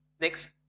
Next